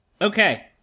Okay